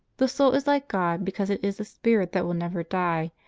the soul is like god because it is a spirit that will never die,